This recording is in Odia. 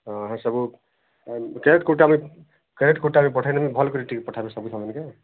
ହଁ ସବୁ କ୍ରେଡ଼ିଟ୍ କୋଟା ମେ କ୍ରେଡ଼ିଟ୍ କୋଟାରେ ପଠାଇବେ ଭଲ କରି ଟିକିଏ ପଠାଇବ ସବୁ ସାମାନ କେ